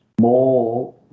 more